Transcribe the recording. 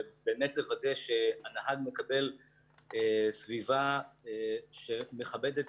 באמת לוודא שהנהג מקבל סביבה שמכבדת